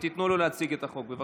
ותנו לו להציג את החוק, בבקשה.